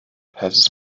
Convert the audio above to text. passes